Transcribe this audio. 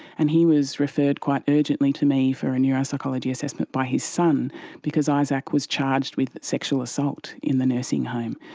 and he was referred quite urgently to me for a neuropsychology assessment by his son because isaac was charged with sexual assault in the nursing home.